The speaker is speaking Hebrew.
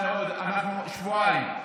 מאוד, אנחנו, שבועיים.